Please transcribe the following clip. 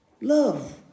love